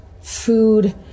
food